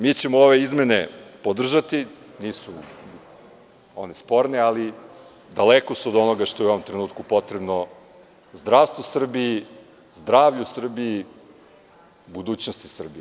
Mi ćemo ove izmene podržati, nisu one sporne ali daleko su od onoga što je u ovom trenutku potrebno zdravstvu Srbije, zdravlju Srbije, budućnosti Srbije.